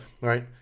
Right